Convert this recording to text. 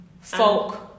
folk